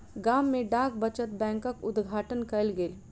गाम में डाक बचत बैंकक उद्घाटन कयल गेल